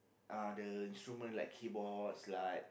uh the instrument like keyboards like